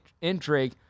intrigue